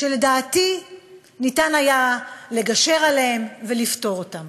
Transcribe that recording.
שלדעתי היה אפשר לגשר עליהן ולפתור אותן.